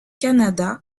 kannada